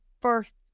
first